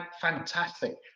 fantastic